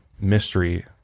mystery